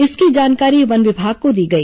इसकी जानकारी वन विभाग को दी गई